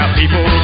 people